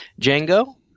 Django